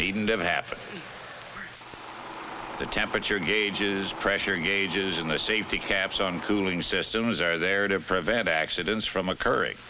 have happened the temperature gauge is pressuring gauges and the safety caps on cooling systems are there to prevent accidents from occurring